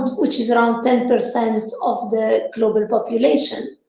which is around ten percent of the global population.